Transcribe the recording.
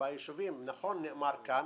נכון נאמר כאן